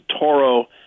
Toro